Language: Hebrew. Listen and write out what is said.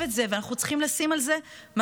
את זה ואנחנו צריכים לשים על זה משאבים.